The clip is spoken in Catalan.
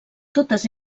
totes